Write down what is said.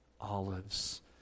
olives